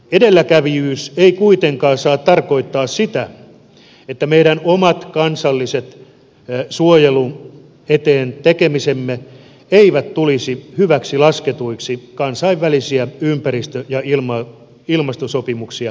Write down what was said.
edelläkävijyys ei kuitenkaan saa tarkoittaa sitä että meidän omat kansalliset suojelun eteen tekemisemme eivät tulisi hyväksi lasketuiksi kansainvälisiä ympäristö ja ilmastosopimuksia allekirjoitettaessa